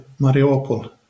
Mariupol